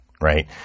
right